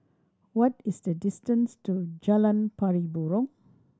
what is the distance to Jalan Pari Burong